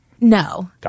No